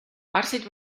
arstid